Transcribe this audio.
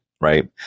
right